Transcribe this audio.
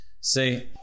see